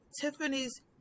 Tiffany's